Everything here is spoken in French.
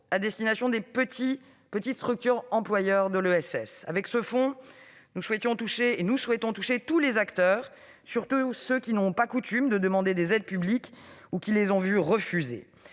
à destination des petites structures employeuses de l'ESS. Avec ce fonds, nous souhaitons toucher tous les acteurs, surtout ceux qui n'ont pas coutume de demander des aides publiques ou à qui elles ont été refusées.